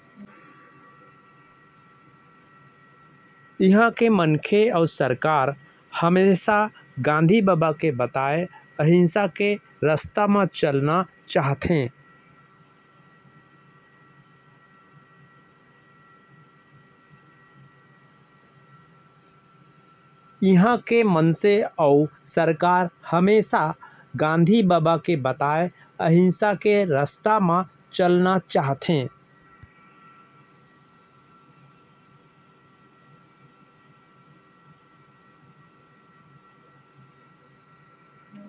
इहॉं के मनसे अउ सरकार हमेसा गांधी बबा के बताए अहिंसा के रस्ता म चलना चाहथें